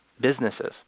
businesses